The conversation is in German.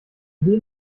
idee